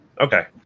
Okay